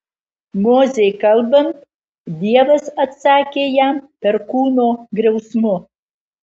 mozei kalbant dievas atsakė jam perkūno griausmu